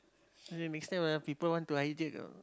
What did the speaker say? and then next time ah people want to hijack know